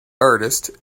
artist